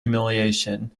humiliation